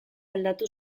aldatu